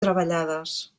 treballades